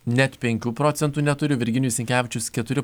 net penkių procentų neturi virginijus sinkevičius keturi